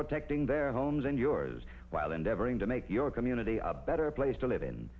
protecting their homes and yours while endeavoring to make your community a better place to live